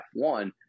f1